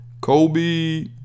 Kobe